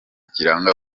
kiranga